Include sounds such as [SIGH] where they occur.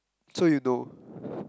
so you know [BREATH]